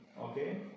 okay